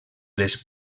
les